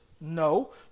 No